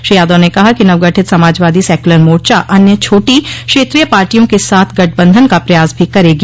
श्री यादव ने कहा कि नवगठित समाजवादी सेक्यलर मोर्चा अन्य छोटी क्षेत्रीय पार्टियों के साथ गठबंधन का प्रयास भी करेगी